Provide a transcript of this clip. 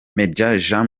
jean